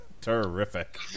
Terrific